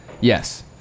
Yes